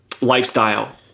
lifestyle